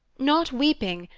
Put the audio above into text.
not weeping,